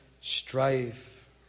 strife